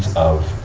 of